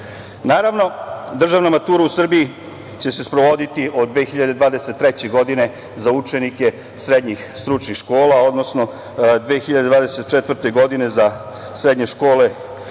ispita. Naravno, državna matura u Srbiji će se sprovoditi od 2023. godine, za učenike srednjih stručnih škola, odnosno 2024. godine, za srednje škole gimnazije